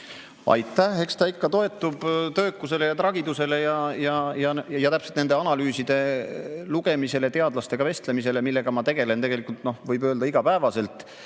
Aitäh! Eks ta ikka toetub töökusele ja tragidusele ja täpselt nende analüüside lugemisele, teadlastega vestlemisele, millega ma tegelen, võib öelda, igapäevaselt.